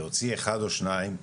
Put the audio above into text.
להוציא אחד או שניים,